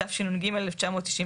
תשנ"ג(1993.